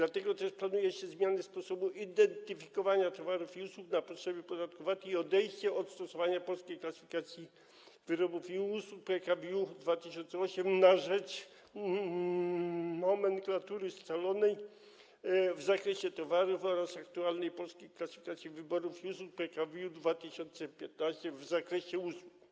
Z tego powodu planuje się zmianę sposobu identyfikowania towarów i usług na potrzeby podatku VAT i odejście od stosowania Polskiej Klasyfikacji Wyrobów i Usług PKWiU 2008 na rzecz nomenklatury scalonej w zakresie towarów oraz aktualnej Polskiej Klasyfikacji Wyrobów i Usług PKWiU 2015 w zakresie usług.